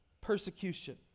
persecution